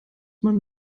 man